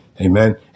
Amen